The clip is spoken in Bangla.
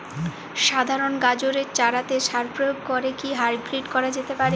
সাধারণ গাজরের চারাতে সার প্রয়োগ করে কি হাইব্রীড করা যেতে পারে?